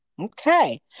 Okay